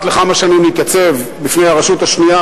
לכמה שנים להתייצב בפני הרשות השנייה,